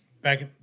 Back